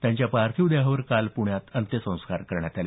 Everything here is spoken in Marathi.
त्यांच्या पार्थिव देहावर काल प्रण्यात अंत्यसंस्कार करण्यात आले